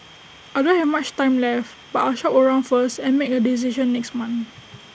I don't have much time left but I'll shop around first and make A decision next month